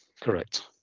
Correct